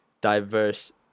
diverse